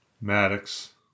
Maddox